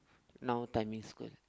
now time in school